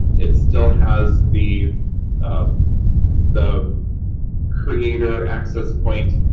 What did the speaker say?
it still has the um the creator access point,